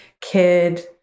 Kid